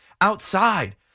outside